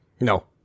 No